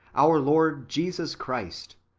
our lord jesus christ,